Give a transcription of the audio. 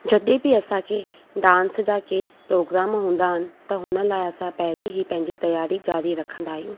जॾहिं बि असांखे डांस जा कंहिं प्रोग्राम हूंदा आहिनि त हुन लाइ असी पहिरीं ई पंहिंजी तयारी ज़ारी रखंदा आहियूं